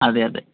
അതെ അതെ